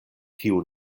kiu